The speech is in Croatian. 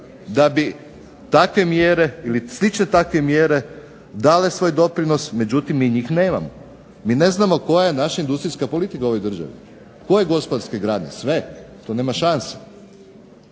da bi takve mjere ili slične takve mjere dale svoj doprinos, međutim mi njih nemamo. Mi ne znamo koja je naša industrijska politika u ovoj državi, koje gospodarske grane, sve, to nema šanse.